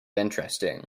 interesting